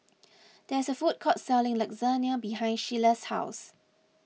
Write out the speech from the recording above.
there is a food court selling Lasagne behind Shelia's house